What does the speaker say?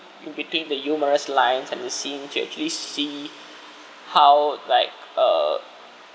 in between the humorous lines and the scene to actually see how like uh